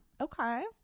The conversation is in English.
Okay